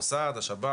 אנחנו גוף אוכף חוק.